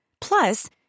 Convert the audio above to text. Plus